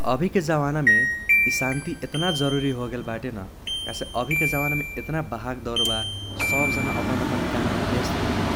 अभिके जामानामे इ शांति एतना जरुरी होगेल बाटे न काहेसे अभिके जमानमे एतना भाग दौर बा, सब जना अपन अपन काममे ब्यस्त रहैये।